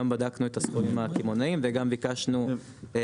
גם בדקנו את הסכומים הקמעונאים וגם ביקשנו את